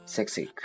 Sexy